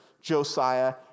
Josiah